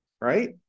Right